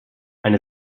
eine